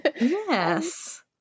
Yes